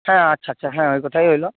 হ্যাঁ আচ্ছা আচ্ছা হ্যাঁ ওই কথাই রইলো